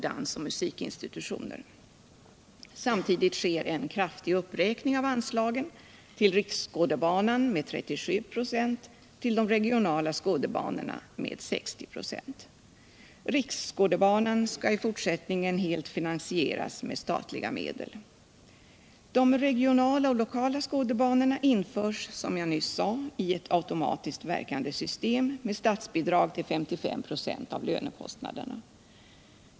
dansoch musikinstilutioner. Samtidigt sker en kraftig uppräkning av anslagen, till Riksskådebanan med 37 "a och till de regionala skådebanorna med 60 ",. Riksskådebanan skall i fortsättningen finansieras helt med statliga medel. De regionala och lokala skådebanorna införs Som jag nyss sagt i ett automatiskt verkande system med statsbidrag till 55 ”; av lönekostnaderna.